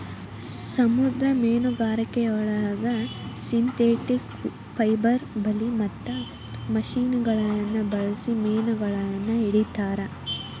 ಸಮುದ್ರ ಮೇನುಗಾರಿಕೆಯೊಳಗ synthetic fibre ಬಲಿ ಮತ್ತ ಮಷಿನಗಳನ್ನ ಬಳ್ಸಿ ಮೇನಗಳನ್ನ ಹಿಡೇತಾರ